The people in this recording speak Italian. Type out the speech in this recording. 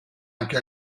anche